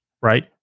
Right